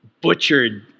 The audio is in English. butchered